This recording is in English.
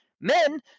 Men